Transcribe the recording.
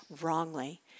wrongly